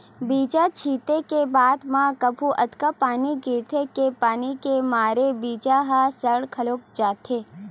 बीजा छिते के बाद म कभू अतका पानी गिरथे के पानी के मारे बीजा ह सर घलोक जाथे